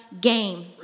game